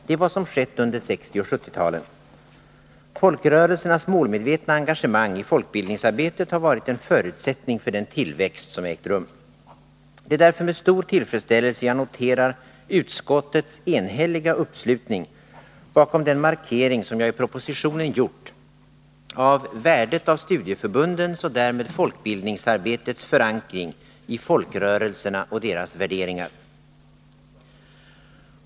Det är vad som skett under 1960 och 1970-talen. Folkrörelsernas målmedvetna engagemang i folkbildningsarbetet har varit en förutsättning för den tillväxt som ägt rum. Det är därför med stor tillfredsställelse jag noterar utskottets enhälliga uppslutning bakom den markering som jag i propositionen gjort av värdet av studieförbundens och därmed folkbildningsarbetets förankring i folkrörelserna och deras värderingar.